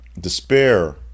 despair